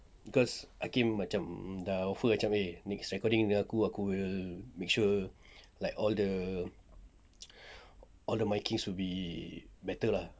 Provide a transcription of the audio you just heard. cause hakim macam dah offer eh next recording aku aku will make sure like all the all the miking will be better lah